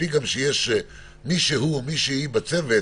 מספיק שיש מישהו בצוות